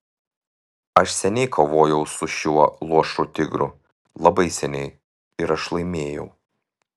aš seniai kovojau su šiuo luošu tigru labai seniai ir aš laimėjau